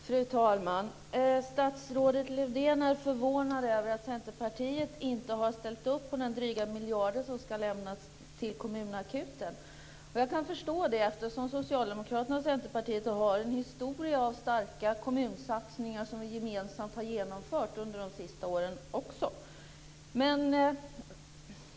Fru talman! Statsrådet Lövdén är förvånad över att Centerpartiet inte har ställt upp på den dryga miljarden som ska lämnas till kommunakuten. Jag kan förstå det, eftersom Socialdemokraterna och Centerpartiet har en historia av starka kommunsatsningar som vi gemensamt har genomfört också under de senaste åren.